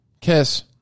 Kiss